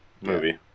movie